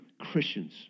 Christians